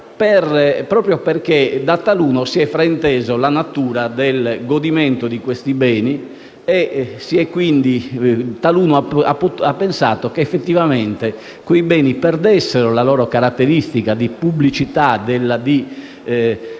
Ciò perché da taluno è stata fraintesa la natura del godimento di questi beni e si è pensato che, effettivamente, quei beni perdessero la loro caratteristica di pubblicità di beni,